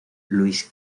luis